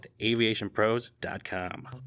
AviationPros.com